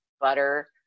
butter